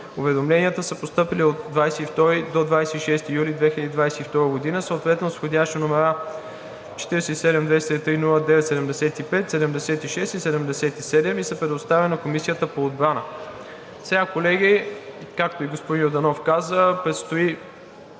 Уведомленията са постъпили от 22 до 26 юли 2022 г., съответно с вх. № 47-203-09-75, 76 и 77, и са предоставени на Комисията по отбрана. Колеги, както и господин Йорданов каза, предстои